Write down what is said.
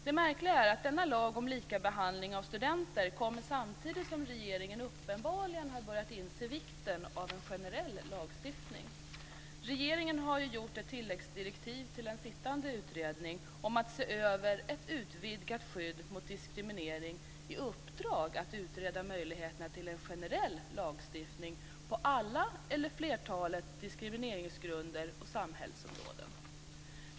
Det märkliga är att denna lag om likabehandling av studenter kommer samtidigt som regeringen uppenbarligen har börjat inse vikten av en generell lagstiftning. Regeringen har i ett tilläggsdirektiv till en sittande utredning om att se över ett utvidgat skydd mot diskriminering gett uppdraget att utreda möjligheterna till en generell lagstiftning på alla eller flertalet diskrimineringsgrunder och samhällsområden.